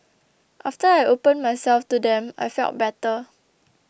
after I opened myself to them I felt better